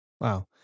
Wow